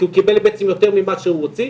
כי הוא קיבל בעצם יותר ממה שהוא הוציא,